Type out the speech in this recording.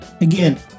again